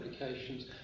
applications